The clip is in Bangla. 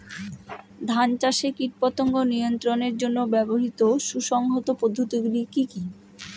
ধান চাষে কীটপতঙ্গ নিয়ন্ত্রণের জন্য ব্যবহৃত সুসংহত পদ্ধতিগুলি কি কি?